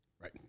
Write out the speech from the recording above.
Right